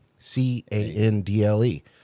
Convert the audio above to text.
C-A-N-D-L-E